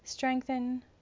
Strengthen